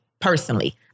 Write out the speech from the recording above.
personally